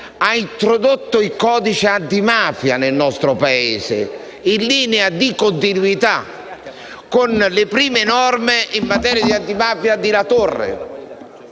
ha introdotto il codice antimafia nel nostro Paese in linea di continuità con le prime norme in materia di antimafia di La Torre,